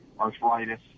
arthritis